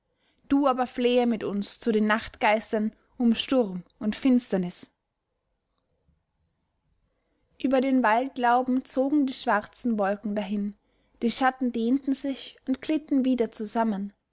du aber flehe mit uns zu den nachtgeistern um sturm und finsternis über den waldlauben zogen die schwarzen wolken dahin die schatten dehnten sich und glitten wieder zusammen